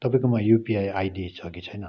तपाईँकोमा UPI ID छ कि छैन होला